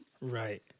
Right